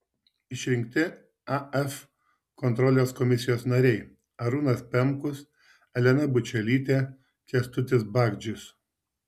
išrinkti af kontrolės komisijos nariai arūnas pemkus elena bučelytė kęstutis bagdžius